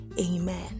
Amen